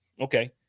okay